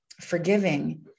forgiving